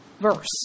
verse